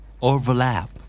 Overlap